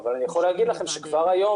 אבל אני יכול להגיד לכם שכבר היום